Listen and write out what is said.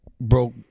broke